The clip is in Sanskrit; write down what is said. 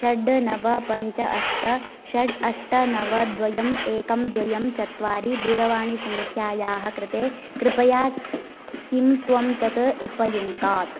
षड् नव पञ्च अष्ट षट् अष्ट नव द्वयं एकं द्वयं चत्वारि दूरवाणी सङ्ख्यायाः कृते कृपया किं त्वं तत् उपयुङ्क्तात्